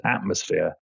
atmosphere